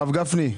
הרב גפני,